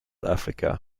africa